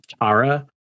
Tara